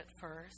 first